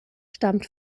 stammt